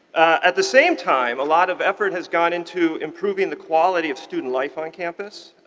at the same time, a lot of effort has gone into improving the quality of student life on campus.